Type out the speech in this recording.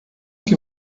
que